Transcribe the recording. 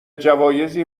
جوایزی